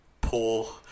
Poor